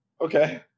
okay